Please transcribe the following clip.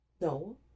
No